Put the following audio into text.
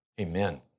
Amen